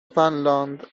فنلاند